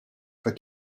for